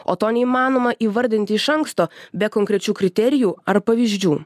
o to neįmanoma įvardinti iš anksto be konkrečių kriterijų ar pavyzdžių